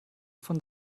von